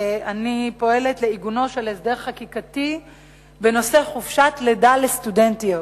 אני פועלת לעיגונו של הסדר חקיקתי בנושא חופשת לידה לסטודנטיות,